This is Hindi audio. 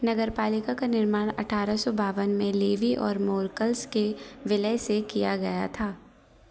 नगरपालिका का निर्माण अठारह सौ बावन में लेवी और मोर्कल्स के विलय से किया गया था